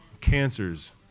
cancers